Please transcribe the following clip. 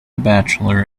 bachelor